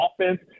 offense